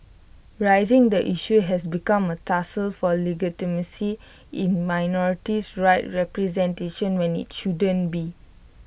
raising the issue has become A tussle for legitimacy in minority rights representation when IT shouldn't be